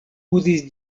uzis